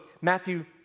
Matthew